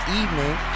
evening